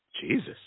jesus